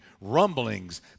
rumblings